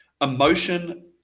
emotion